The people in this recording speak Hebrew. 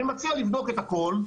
אני מציע לבדוק את הכל,